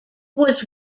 was